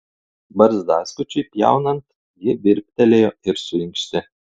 barzdaskučiui pjaunant ji virptelėjo ir suinkštė